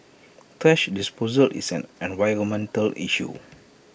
thrash disposal is an environmental issue